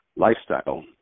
lifestyle